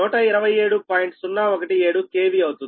017 KV అవుతుంది